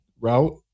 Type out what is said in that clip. route